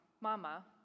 mama